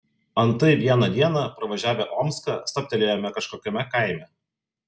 antai vieną dieną pravažiavę omską stabtelėjome kažkokiame kaime